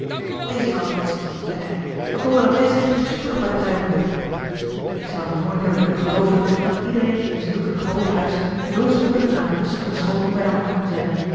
dezen kant watson zeide hij wij komen langs deze richting spoedig bij den tuinmuur ik zou nooit hebben kunnen gelooven dat iedereen in zulk een groot huis zoo spoedig na het lossen van de schoten bij de hand kon zijn